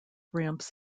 ramps